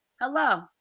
Hello